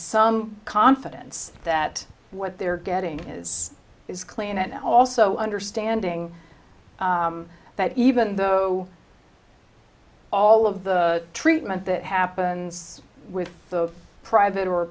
some confidence that what they're getting is is clean and also understanding that even though all of the treatment that happens with the private or